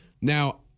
Now